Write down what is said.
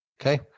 Okay